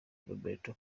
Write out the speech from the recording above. roberto